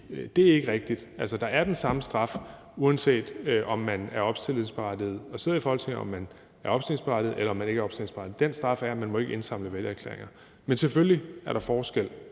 er ikke rigtigt. Der er den samme straf, uanset om man er opstillingsberettiget og sidder i Folketinget, om man er opstillingsberettiget, eller om man ikke er opstillingsberettiget. Straffen er, at man ikke må indsamle vælgererklæringer. Men der er selvfølgelig forskel.